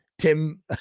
Tim